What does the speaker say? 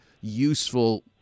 useful